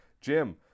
Jim